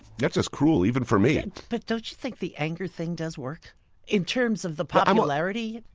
that's just cruel, even for me but don't you think the anger thing does work in terms of the popularity?